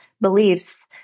beliefs